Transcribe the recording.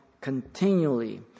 continually